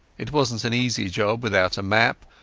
it wasnat an easy job without a map,